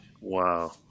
Wow